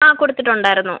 ആ കൊടുത്തിട്ടുണ്ടായിരുന്നു